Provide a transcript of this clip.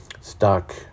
stock